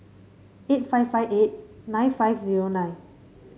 eight five five eight nine five zero nine